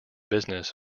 business